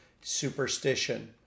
superstition